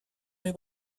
mes